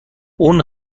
اون